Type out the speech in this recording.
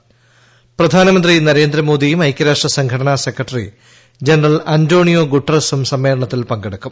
അന്താരാഷ്ട്ര പ്രധാനമന്ത്രി നരേന്ദ്രമോദിയും ഐക്യരാഷ്ട്ര സംഘടന സെക്രട്ടറി ജനറൽ അന്റോണിയോ ഗ്രൂട്ടറെസും സമ്മേളനത്തിൽ പങ്കെടുക്കും